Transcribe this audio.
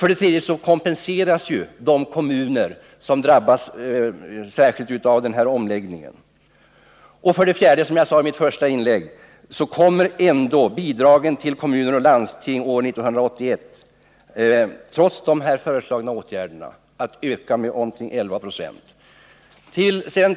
För det tredje kommer de kommuner som drabbas att kompenseras särskilt genom omläggningen. För det fjärde kommer ändå, som jag sade i mitt första inlägg, bidragen till kommuner och landsting år 1981 trots de föreslagna åtgärderna att öka med omkring 192.